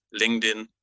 linkedin